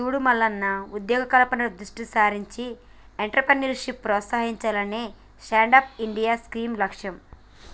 సూడు మల్లన్న ఉద్యోగ కల్పనపై దృష్టి సారించి ఎంట్రప్రేన్యూర్షిప్ ప్రోత్సహించాలనే స్టాండప్ ఇండియా స్కీం లక్ష్యం